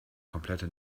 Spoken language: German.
komplette